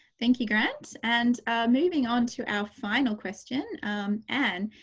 thank you grant and moving on to our final question ann,